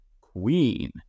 queen